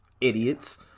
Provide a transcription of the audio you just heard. Idiots